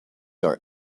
are